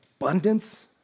abundance